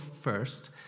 first